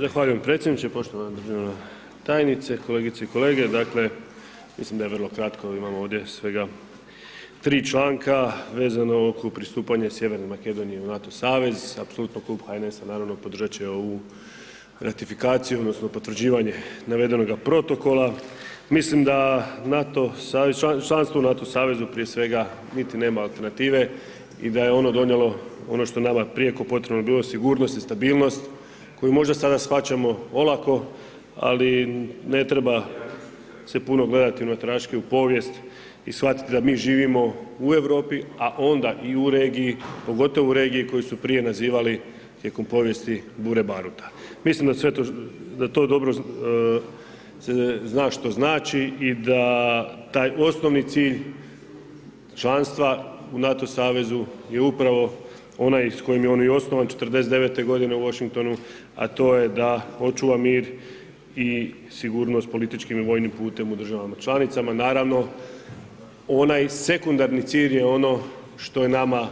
Zahvaljujem predsjedniče, poštovana državna tajnice, kolegice i kolege, dakle, mislim da je vrlo kratko, imamo ovdje svega 3 članka vezano oko pristupanja i sjeverne Makedonije u NATO savez, apsolutno Klub HNS-a naravno podržat će ovu ratifikaciju odnosno potvrđivanje navedenoga protokola, mislim da članstvo u NATO savezu prije svega nema niti alternative i da je ono donijelo ono što nama prijeko je potrebno bilo sigurnost i stabilnost koju možda sada shvaćamo olako, ali ne treba se puno gledati unatraške u povijest i shvatiti da mi živimo u Europi, a onda i u regiji, pogotovo u regiji koju su prije nazivali tijekom povijesti bure baruta, mislim da dobro se zna što znači i da taj osnovi cilj članstva u NATO savezu je upravo onaj s kojim je on i osnovan 49.g. u Washingtonu, a to je da očuva mir i sigurnost političkim i vojnim putem u državama članicama, naravno, onaj sekundarni cilj je ono što je nama